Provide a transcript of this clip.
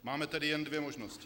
Máme tedy jen dvě možnosti.